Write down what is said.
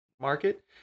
market